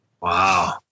Wow